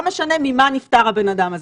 לא משנה ממה נפטר הבן-אדם הזה.